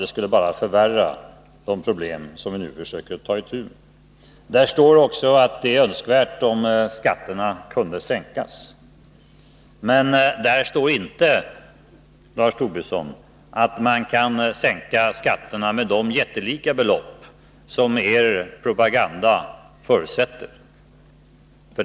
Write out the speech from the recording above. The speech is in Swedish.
Det skulle bara förvärra de problem som vi nu försöker ta itu med. Där står det också att det är önskvärt att skatterna kan sänkas. Men där står inte, Lars Tobisson, att man kan sänka skatterna med de jättelika belopp som er propaganda förutsätter.